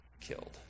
killed